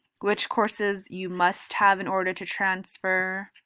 which courses you must have in order to transfer.